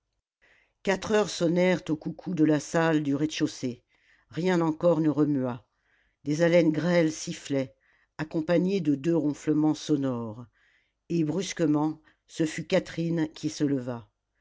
quatre heures sonnèrent au coucou de la salle du rez-de-chaussée rien encore ne remua des haleines grêles sifflaient accompagnées de deux ronflements sonores et brusquement ce fut catherine qui se leva